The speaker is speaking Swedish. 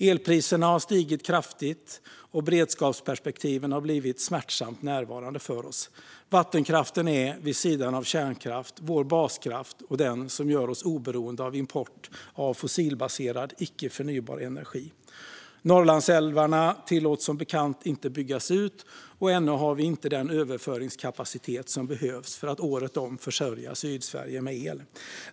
Elpriserna har stigit kraftigt, och beredskapsperspektiven har blivit smärtsamt närvarande för oss. Vattenkraften är, vid sidan av kärnkraft, vår baskraft och den som gör oss oberoende av import av fossilbaserad, icke förnybar energi. Norrlandsälvarna tillåts som bekant inte byggas ut, och ännu har vi inte den överföringskapacitet som behövs för att året om försörja Sydsverige med el.